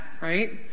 right